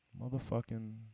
Motherfucking